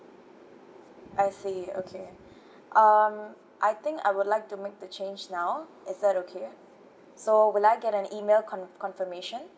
I see okay um I think I would like to make the change now is that okay so will I get an email con~ confirmation